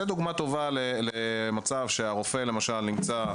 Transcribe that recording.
זאת דוגמה טובה למצב שהרופא נמצא,